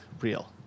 real